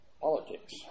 Politics